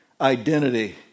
identity